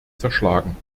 zerschlagen